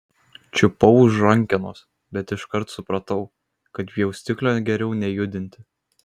čiupau už rankenos bet iškart supratau kad pjaustiklio geriau nejudinti